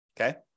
Okay